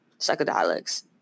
psychedelics